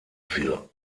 für